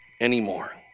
anymore